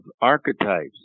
archetypes